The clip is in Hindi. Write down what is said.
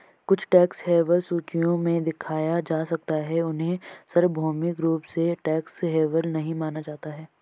कुछ टैक्स हेवन सूचियों में दिखाया जा सकता है, उन्हें सार्वभौमिक रूप से टैक्स हेवन नहीं माना जाता है